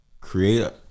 Create